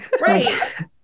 Right